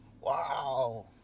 wow